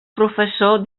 professor